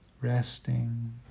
Resting